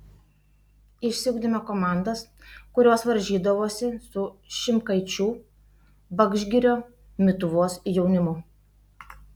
išsiugdėme komandas kurios varžydavosi su šimkaičių vadžgirio mituvos jaunimu